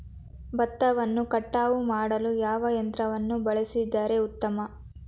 ಭತ್ತವನ್ನು ಕಟಾವು ಮಾಡಲು ಯಾವ ಯಂತ್ರವನ್ನು ಬಳಸಿದರೆ ಉತ್ತಮ?